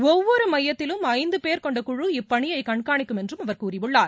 ஒவ்வொருமையத்திலும் ஐந்தபேர் கொண்ட குழு இப்பணியைகண்காணிக்கும் என்றும் அவர் கூறியுள்ளார்